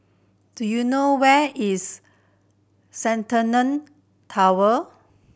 do you know where is Centennial Tower